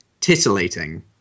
titillating